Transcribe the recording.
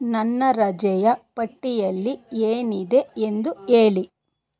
ನನ್ನ ರಜೆಯ ಪಟ್ಟಿಯಲ್ಲಿ ಏನಿದೆ ಎಂದು ಹೇಳಿ